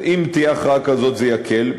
אם תהיה הכרעה כזאת זה יקל.